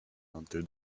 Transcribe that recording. onto